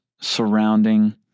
surrounding